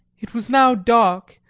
it was now dark,